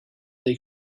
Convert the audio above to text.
they